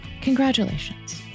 Congratulations